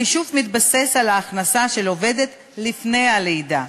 החישוב מתבסס על ההכנסה של העובדת לפני הלידה.